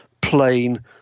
plain